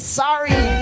sorry